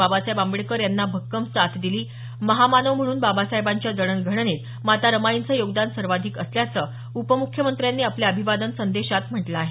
बाबासाहेब आंबेडकर यांना भक्कम साथ दिली महामानव म्हणून बाबासाहेबांच्या जडणघडणीत माता रमाईंचं योगदान सर्वाधिक असल्याचं उपम्ख्यमंत्र्यांनी आपल्या अभिवादन संदेशात म्हटलं आहे